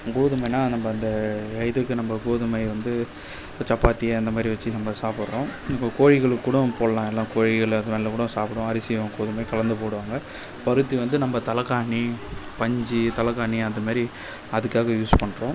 கோதுமைனா நம்ப அந்த இதுக்கு நம்ப கோதுமை வந்து சப்பாத்தி அந்த மாரி வச்சு நம்ப சாப்புடுறோம் இப்போ கோழிகளுக்கு கூடம் போடலாம் எல்லாம் கோழிகள் அதெல்லாம்கூடம் சாப்பிடும் அரிசியும் கோதுமையும் கலந்து போடுவாங்க பருத்தி வந்து நம்ப தலைகாணி பஞ்சு தலகாணி அந்த மேரி அதற்காக யூஸ் பண்ணுறோம்